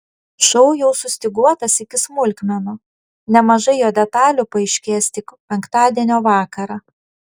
šou jau sustyguotas iki smulkmenų nemažai jo detalių paaiškės tik penktadienio vakarą